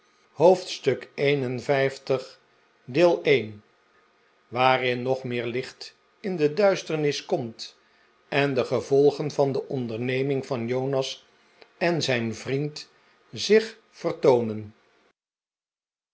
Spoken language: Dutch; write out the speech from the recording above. hoofdstuk li waarin nog meer licht in de duisternis komt en de gevolgen van de onderneming van jonas en zijn vriend zich